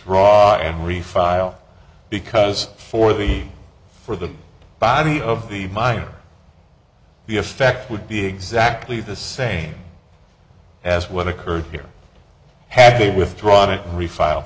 raw and refile because for the for the body of the minor the effect would be exactly the same as what occurred here had a withdraw to refile